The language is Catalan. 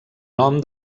nom